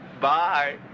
Bye